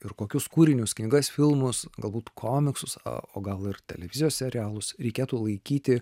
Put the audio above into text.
ir kokius kūrinius knygas filmus galbūt komiksus o gal ir televizijos serialus reikėtų laikyti